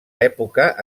època